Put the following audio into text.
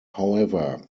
however